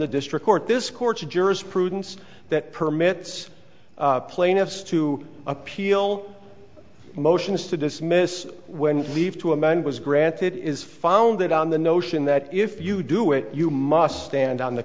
the district court this court's jurisprudence that permits plaintiffs to appeal motions to dismiss when you leave to a man was granted is founded on the notion that if you do it you must stand on the